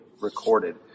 recorded